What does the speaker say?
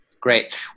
Great